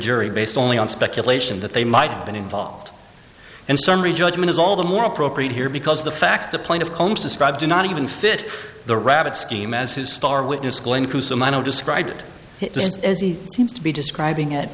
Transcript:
jury based only on speculation that they might have been involved in summary judgment is all the more appropriate here because the facts the point of combs described are not even fit the rabbit scheme as his star witness going to some i know described it as he seems to be describing it